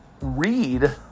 read